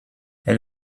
elle